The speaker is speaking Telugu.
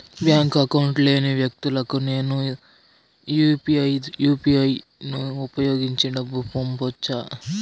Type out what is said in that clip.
బ్యాంకు అకౌంట్ లేని వ్యక్తులకు నేను యు పి ఐ యు.పి.ఐ ను ఉపయోగించి డబ్బు పంపొచ్చా?